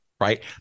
Right